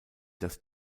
das